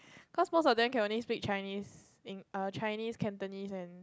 cause most of them can only speak Chinese Eng~ err Chinese Cantonese and